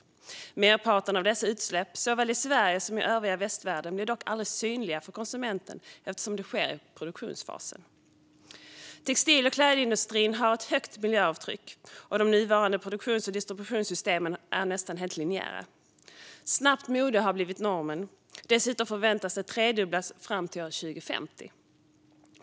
Merparten av dessa utsläpp, såväl i Sverige som i övriga västvärlden, blir dock aldrig synliga för konsumenten eftersom det sker i produktionsfasen. Textil och klädindustrin har ett högt miljöavtryck, och de nuvarande produktions och distributionssystemen är nästan helt linjära. Snabbt mode har blivit normen, och dessutom förväntas det tredubblas fram till år 2050.